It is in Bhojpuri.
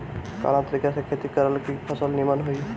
कवना तरीका से खेती करल की फसल नीमन होई?